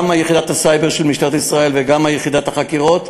גם יחידת הסייבר של משטרת ישראל וגם יחידת החקירות,